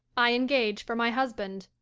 i engage for my husband.